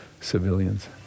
civilians